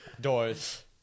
Doors